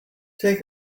take